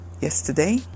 Yesterday